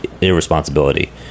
irresponsibility